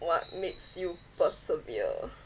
what makes you persevere